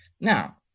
Now